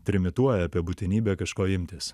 trimituoja apie būtinybę kažko imtis